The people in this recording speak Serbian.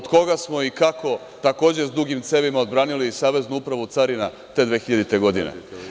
Od koga smo i kako takođe sa dugim cevima odbranili Saveznu upravu carina te 2000. godine?